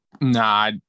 Nah